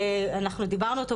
אנחנו דיברנו איתו,